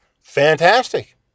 Fantastic